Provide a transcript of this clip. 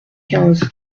quinze